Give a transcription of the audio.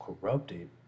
corrupted